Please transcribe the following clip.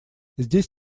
здесь